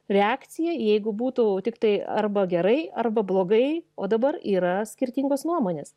reakcija jeigu būtų tiktai arba gerai arba blogai o dabar yra skirtingos nuomonės